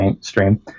stream